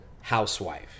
housewife